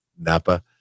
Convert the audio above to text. Napa